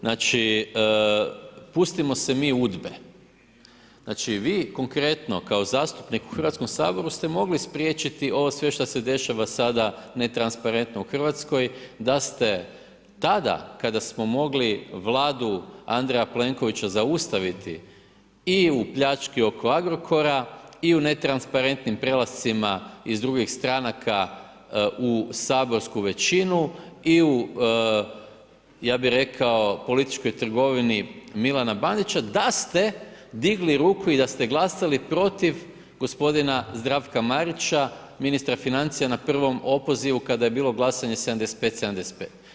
Znači, pustimo se mi udbe, znači vi konkretno kao zastupnik u Hrvatskom saboru ste mogli spriječiti ovo sve što se dešava sada netransparentno u Hrvatskoj da ste tada kada smo mogli Vladu Andreja Plenkovića zaustaviti i u pljački oko Agrokora i u netransparentnim prelascima iz drugih stranaka u saborsku većinu i u ja bih rekao političkoj trgovini Milana Bandića da ste digli ruku i da ste glasali protiv gospodina Zdravka Marića, ministra financija na prvom opozivu kada je bilo glasanje 75:75.